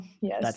Yes